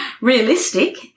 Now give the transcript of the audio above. realistic